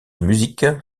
musique